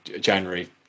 January